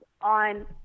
on